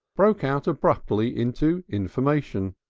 broke out abruptly into information.